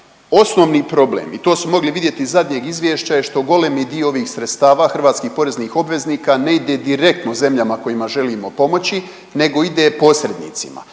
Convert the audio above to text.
Osnovni problem i to smo mogli vidjeti iz zadnjeg izvješća je što golemi dio ovih sredstava hrvatskih poreznih obveznika ne ide direktno zemljama kojima želimo pomoći nego ide posrednicima,